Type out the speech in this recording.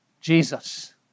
Jesus